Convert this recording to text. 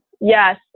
Yes